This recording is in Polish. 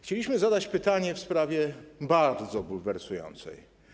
Chcieliśmy zadać pytanie w sprawie bardzo bulwersującej.